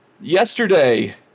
Yesterday